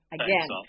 again